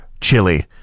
chili